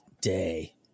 day